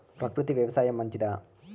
ప్రకృతి వ్యవసాయం మంచిదా?